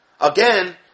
Again